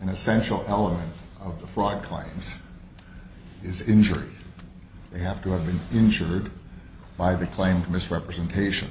an essential element of the fraud claims is injury they have to have been injured by the claim misrepresentation